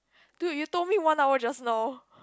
dude you told me one hour just now